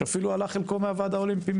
שאפילו עלה חלקו מהוועד האולימפי,